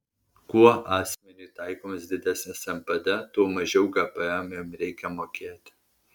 kuo asmeniui taikomas didesnis npd tuo mažiau gpm jam reikia mokėti